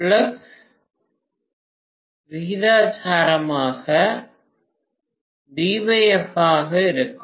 flux விகிதாசாரமாக vf ஆக இருக்கும்